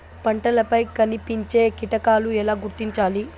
పంటలపై కనిపించే కీటకాలు ఎలా గుర్తించాలి?